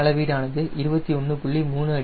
3 அடி